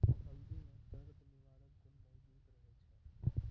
हल्दी म दर्द निवारक गुण मौजूद रहै छै